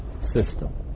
system